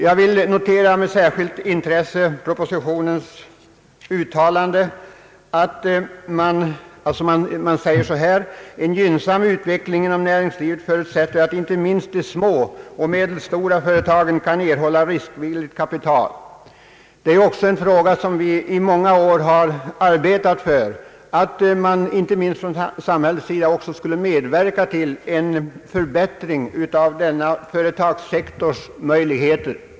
Jag vill med särskilt intresse notera följande uttalande i propositionen: »En gynnsam utveckling inom näringslivet förutsätter att inte minst de små och medelstora företagen kan erhålla riskvilligt kapital.» En fråga som vi i många år har arbetat för är att inte minst samhället skulle medverka till en förbättring av denna företagssektors möjligheter.